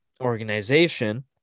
organization